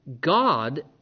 God